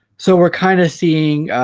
so we're kind of seeing?